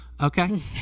okay